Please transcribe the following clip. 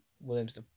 Williams